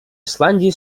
ісландії